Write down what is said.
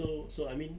so so I mean